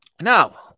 Now